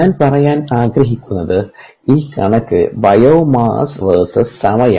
ഞാൻ പറയാൻ ആഗ്രഹിക്കുന്നത് ഈ കണക്ക് ബയോമാസ് Vs സമയം